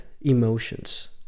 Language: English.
emotions